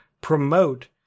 promote